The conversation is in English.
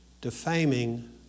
defaming